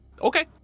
Okay